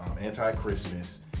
anti-Christmas